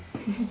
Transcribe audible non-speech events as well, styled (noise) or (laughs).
(laughs)